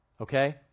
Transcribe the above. okay